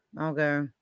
okay